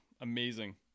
amazing